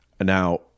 Now